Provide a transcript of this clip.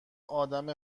آدم